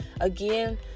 Again